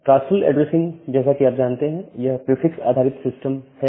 classful addressing जैसा कि आप जानते यह एक प्रीफिक्स आधारित सिस्टम है